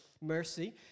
Mercy